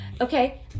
Okay